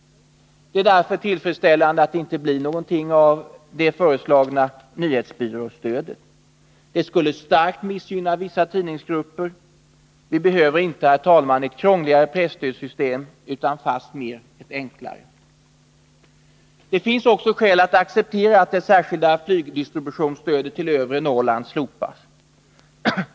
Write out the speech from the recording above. Det är därför tillfredsställande att det inte blev någonting av det föreslagna nyhetsbyråstödet. Det skulle starkt missgynna vissa tidningsgrupper. Vi behöver inte, herr talman, ett krångligare pressystem utan fastmer ett enklare. Det finns också skäl att acceptera att det särskilda flygdistributionsstödet till övre Norrland slopas.